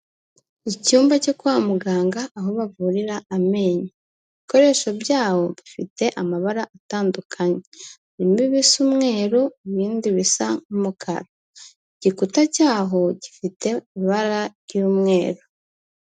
Icyumba cyo kwa muganga aho bavurira amenyo, ibikoresho byaho bifite amabara atandukanye, birimo ibisa umweru, ibindi bisa umukara, igikuta cyaho gifite ibara ry'umweru.